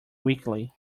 weakly